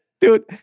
Dude